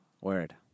Word